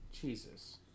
Jesus